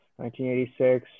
1986